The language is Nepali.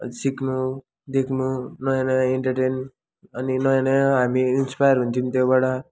सिक्नु देख्नु नयाँ नयाँ एन्टर्टेन अनि नयाँ नयाँ हामी इन्स्पायर हुन्थ्य्यौँ त्योबाट